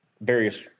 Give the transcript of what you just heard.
various